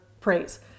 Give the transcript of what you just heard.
praise